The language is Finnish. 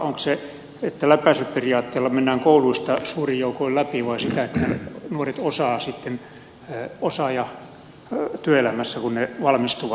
onko se sitä että läpäisyperiaatteella mennään kouluista suurin joukoin läpi vai sitä että nuoret osaavat sitten työelämässä kun he valmistuvat